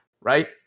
right